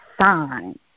sign